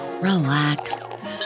relax